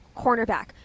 cornerback